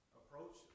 approach